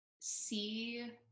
see